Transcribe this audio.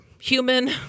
human